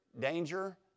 danger